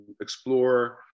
explore